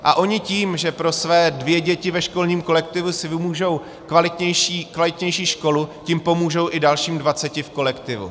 A oni tím, že pro své dvě děti ve školním kolektivu si vymůžou kvalitnější školu, tím pomůžou i dalším dvaceti v kolektivu.